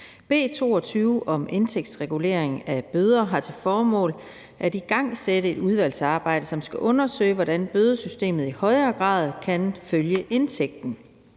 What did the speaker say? B 22 om indtægtsregulering af bøder har til formål at igangsætte et udvalgsarbejde, som skal undersøge, hvordan bødesystemet i højere grad kan følge indtægten.